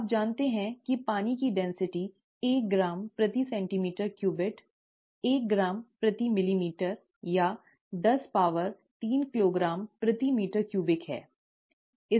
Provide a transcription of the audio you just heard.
आप जानते हैं कि पानी का घनत्व एक ग्राम प्रति सेंटीमीटर क्यूबिड एक एक ग्राम प्रति मिलीलीटर या दस पावर तीन किलोग्राम प्रति मीटर क्यूबिक ठीक है